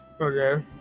Okay